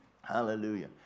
Hallelujah